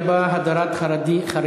ההצעה להעביר את הנושא לוועדה שתקבע